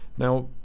Now